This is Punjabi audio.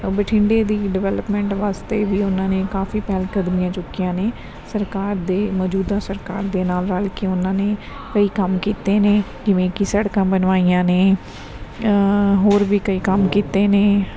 ਬਠਿੰਡੇ ਦੀ ਡਿਵੈਲਪਮੈਂਟ ਵਾਸਤੇ ਵੀ ਉਹਨਾਂ ਨੇ ਕਾਫੀ ਪਹਿਲ ਕਦਮੀਆਂ ਚੁੱਕੀਆਂ ਨੇ ਸਰਕਾਰ ਦੇ ਮੌਜੂਦਾ ਸਰਕਾਰ ਦੇ ਨਾਲ ਰਲ ਕੇ ਉਹਨਾਂ ਨੇ ਕਈ ਕੰਮ ਕੀਤੇ ਨੇ ਕਿਵੇਂ ਕੀ ਸੜਕਾਂ ਬਣਵਾਈਆਂ ਨੇ ਹੋਰ ਵੀ ਕਈ ਕੰਮ ਕੀਤੇ ਨੇ